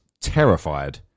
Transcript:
terrified